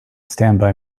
standby